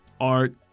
art